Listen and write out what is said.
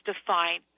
define